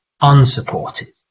unsupported